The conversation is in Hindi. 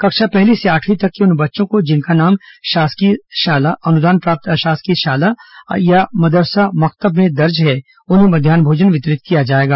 कक्षा पहली से आठवीं तक के उन बच्चों को जिनका नाम शासकीय शाला अनुदान प्राप्त अशासकीय शाला अथवा मदरसा मकतब में दर्ज है उन्हें मध्यान्ह भोजन वितरित किया जाएगा